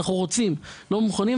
אנחנו רוצים, לא רק מוכנים.